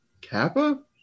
kappa